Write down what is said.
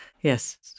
Yes